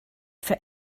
for